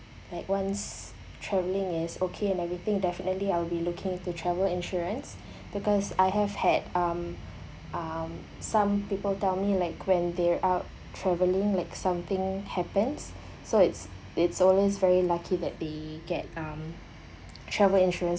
like once travelling is okay and everything definitely I will be looking to travel insurance because I have had um um some people tell me like when they're out traveling like something happens so it's it's always very lucky that they get um travel insurance